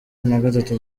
nagatatu